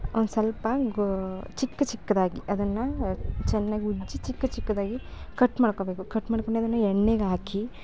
ಒಂದು ಸ್ವಲ್ಪ ಗೋ ಚಿಕ್ಕ ಚಿಕ್ಕದಾಗಿ ಅದನ್ನು ಚೆನ್ನಾಗ್ ಉಜ್ಜಿ ಚಿಕ್ಕ ಚಿಕ್ಕದಾಗಿ ಕಟ್ ಮಾಡ್ಕೊಬೇಕು ಕಟ್ ಮಾಡ್ಕೊಂಡು ಅದನ್ನು ಎಣ್ಣೆಗಾಕಿ